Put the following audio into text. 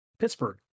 Pittsburgh